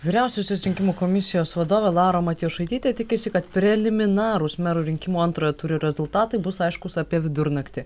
vyriausiosios rinkimų komisijos vadovė laura matijošaitytė tikisi kad preliminarūs merų rinkimų antrojo turo rezultatai bus aiškūs apie vidurnaktį